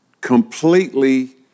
completely